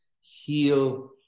heal